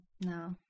No